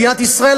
מדינת ישראל,